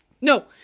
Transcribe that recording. No